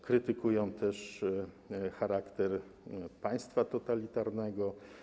Krytykują też charakter państwa totalitarnego.